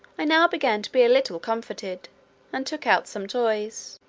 i now began to be a little comforted and took out some toys,